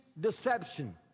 deception